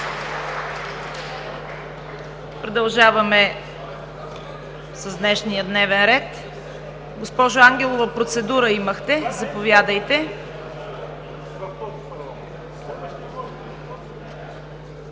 Продължаваме с днешния дневен ред. Госпожо Ангелова, имахте процедура – заповядайте.